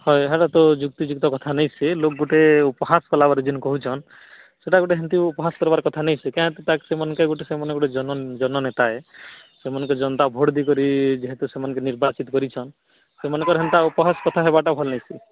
ହଏ ସେଇଟା ତ ଯୁକ୍ତି ଯୁକ୍ତ କଥା ନାହି ସେ ଲୋକ ଗୋଟେ ଉପହାସ କଲା ପରି କହୁଛନ୍ ସେଇଟା ଗୋଟେ ହେନ୍ତି ଉପହାସ କଲା ପରି କଥା ନେଇଁ ଗୁଟେ ଜନ ନେତାଏ ସେମାନଙ୍କୁ ଜନତା ଭୋଟ୍ ଦେଇ କରି ଯେହେତୁ ସେମାନଙ୍କୁ ନିର୍ବାଚିତ କରିଛନ୍ତ ସେମାନଙ୍କର ସେମତା ଉପହାସ କଥା ହେବାଟା ଭଲ ନାଇଁସି